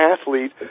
athlete